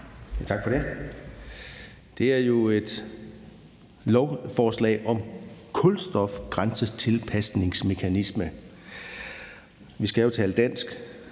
Tak for det. Det er jo et lovforslag om en kulstofgrænsetilpasningsmekanisme; vi skal jo tale dansk.